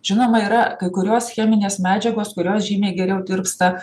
žinoma yra kai kurios cheminės medžiagos kurios žymiai geriau tirpsta